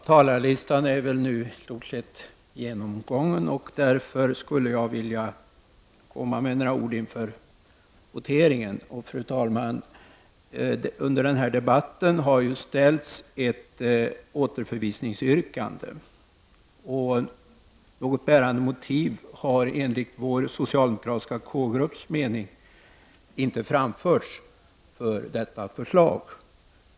Fru talman! Under den här debatten har det ställts ett återförvisningsyrkande. Något bärande motiv har enligt vår socialdemokratiska KU-grupps mening inte framförts för detta förslag.